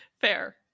Fair